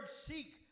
seek